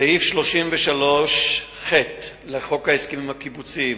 סעיף 33ח לחוק ההסכמים הקיבוציים